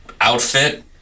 outfit